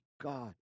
God